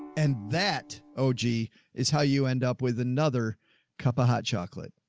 and that o g is how you end up with another cup of hot chocolate.